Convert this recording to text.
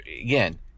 again